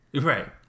Right